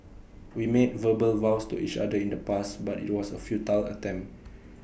we made verbal vows to each other in the past but IT was A futile attempt